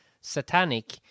satanic